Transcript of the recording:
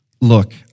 Look